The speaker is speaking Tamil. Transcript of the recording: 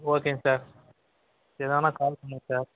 ஓகேங்க சார் எதுனா கால் பண்ணுங்கள் சார்